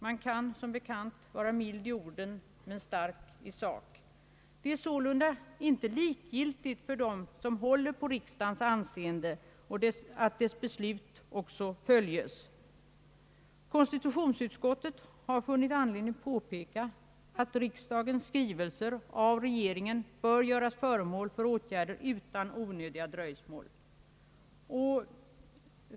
Man kan vara mild i orden men stark i sak. Det är sålunda inte likgiltigt för dem som håller på riksdåagens anseende att dess beslut också följes. Konstitutionsutskottet har funnit anledning påpeka, att riksdagens skrivelser av regeringen bör göras till föremål för åtgärder utan onödiga dröjsnål.